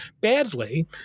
badly